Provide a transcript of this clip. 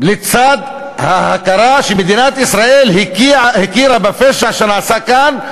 לצד ההכרה שמדינת ישראל הכירה בפשע שנעשה כאן,